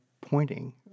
pointing